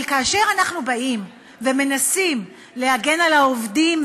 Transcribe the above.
אבל כאשר אנחנו באים ומנסים להגן על העובדים,